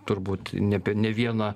turbūt ne ne vieną